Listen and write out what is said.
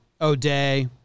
O'Day